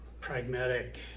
pragmatic